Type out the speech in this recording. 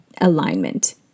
alignment